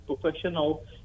professional